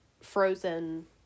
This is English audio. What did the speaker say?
frozen